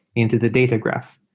into the data graph,